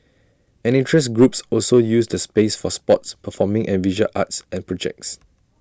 and interest groups also use the space for sports performing and visual arts and projects